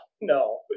no